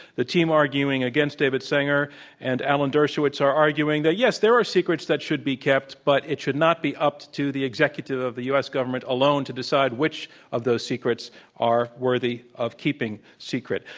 the team arguing against, david sanger and alan dershowitz, are arguing that yes, there are secrets that should be kept, but it should not be up to the executive of the u. s. government alone to decide which of those secrets are worthy of keeping secret.